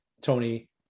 Tony